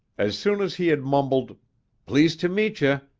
as soon as he had mumbled pleased t'meetcha,